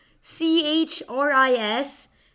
C-H-R-I-S